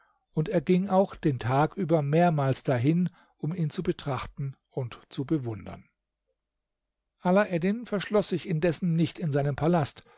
und ging auch den tag über mehrmals dahin um ihn zu betrachten und zu bewundern alaeddin verschloß sich indessen nicht in seinem palast